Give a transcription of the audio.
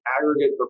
aggregate